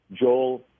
Joel